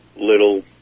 little